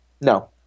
No